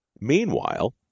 Meanwhile